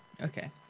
Okay